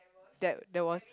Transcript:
that that was